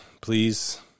please